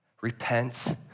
Repent